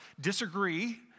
disagree